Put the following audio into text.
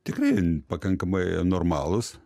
tikrai pakankamai normalūs